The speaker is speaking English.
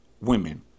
women